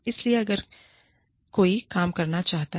इसलिए अगर कोई काम करना चाहता है